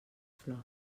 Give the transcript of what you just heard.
flors